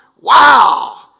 wow